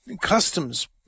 customs